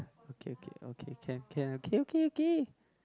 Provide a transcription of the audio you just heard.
okay okay okay can can okay okay okay